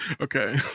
okay